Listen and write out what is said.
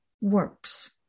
works